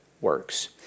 works